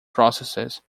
processes